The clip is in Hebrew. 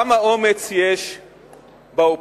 כמה אומץ יש באופוזיציה.